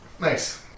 Nice